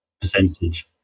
percentage